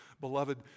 Beloved